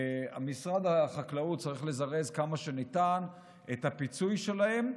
משרד החקלאות צריך לזרז כמה שניתן את הפיצוי שלהם.